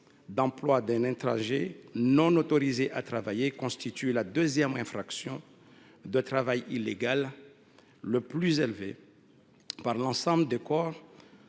d’emploi d’un étranger non autorisé à travailler constitue la deuxième infraction de travail illégal la plus relevée par l’ensemble des corps